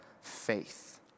faith